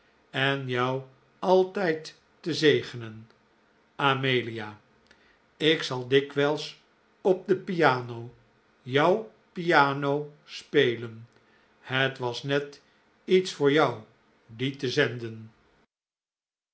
en jou altijd te zegenen a ik zal dikwijls op de piano jouw piano spelen het was net iets voor jou die te zenden